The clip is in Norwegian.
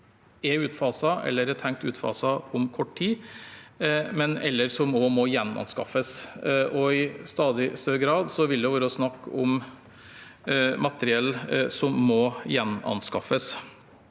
som er tenkt utfaset om kort tid, eller som må gjenanskaffes, og i stadig større grad vil det være snakk om materiell som må gjenanskaffes.